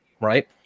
right